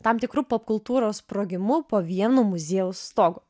tam tikru popkultūros sprogimu po vienu muziejaus stogu